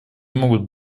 могут